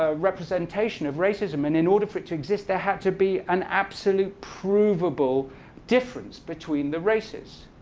ah representation of racism. and in order for it to exist there had to be an absolute provable difference between the races.